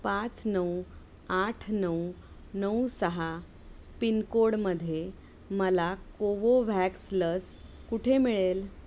पाच नऊ आठ नऊ नऊ सहा पिनकोडमध्ये मला कोवोव्हॅक्स लस कुठे मिळेल